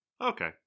Okay